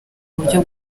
buryo